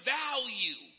value